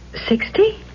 Sixty